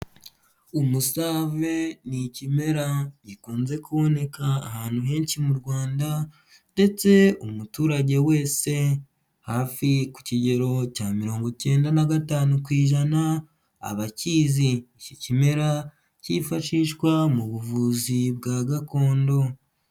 Umusave ni ikimera gikunze kuboneka ahantu henshi mu Rwanda ndetse umuturage wese, hafi ku kigero cya mirongo icyenda na gatanu ku ijana, aba akizi. Iki kimera cyifashishwa mu buvuzi bwa gakondo.